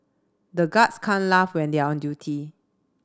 the guards can't laugh when they are on duty